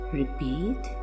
repeat